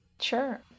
Sure